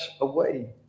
away